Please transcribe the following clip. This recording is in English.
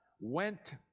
went